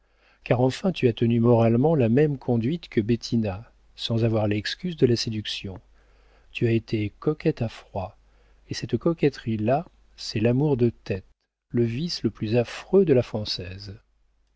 car enfin tu as tenu moralement la même conduite que bettina sans avoir l'excuse de la séduction tu as été coquette à froid et cette coquetterie là c'est l'amour de tête le vice le plus affreux de la française